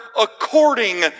according